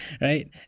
right